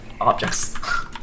objects